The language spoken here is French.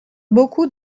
beaucoup